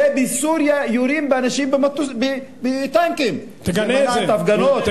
הרי בסוריה יורים באנשים בטנקים, הפגנות.